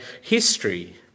history